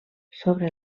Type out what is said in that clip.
sobre